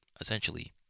essentially